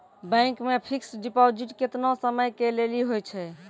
Bank मे fixed deposit केतना समय के लेली होय छै?